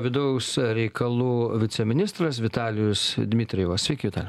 vidaus reikalų viceministras vitalijus dmitrijevas sveiki vitalijau